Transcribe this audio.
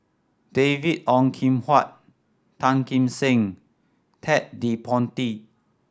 David Ong Kim Huat Tan Kim Seng Ted De Ponti